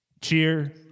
cheer